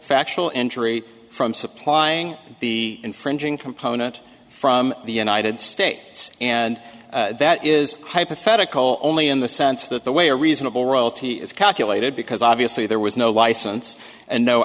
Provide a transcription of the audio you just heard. factual entry from supplying the infringing component from the united states and that is hypothetical only in the sense that the way a reasonable royalty is calculated because obviously there was no license and no